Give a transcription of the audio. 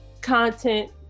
content